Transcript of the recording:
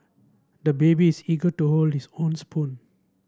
the baby is eager to hold his own spoon